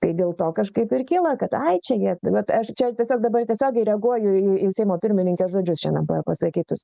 tai dėl to kažkaip ir kyla kad ai čia jie vat aš čia tiesiog dabar tiesiogiai reaguoju į į seimo pirmininkės žodžius šiandien pasakytus